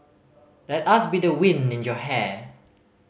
let us be the wind in your hair